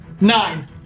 nine